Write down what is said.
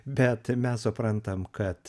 bet mes suprantam kad